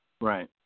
Right